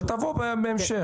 אתה תבוא בהמשך.